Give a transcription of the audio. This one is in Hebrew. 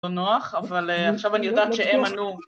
‫זה לא נוח, אבל עכשיו אני יודעת ‫שהם ענו...